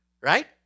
right